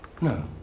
No